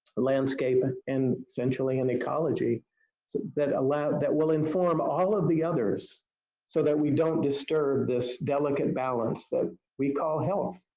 landscape and essentially an ecology so that that will inform all of the others so that we don't disturb this delicate balance that we call health.